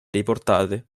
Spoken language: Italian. riportate